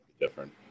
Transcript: different